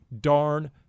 darn